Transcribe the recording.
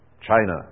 China